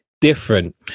different